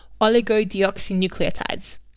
oligodeoxynucleotides